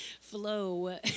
flow